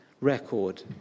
record